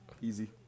Easy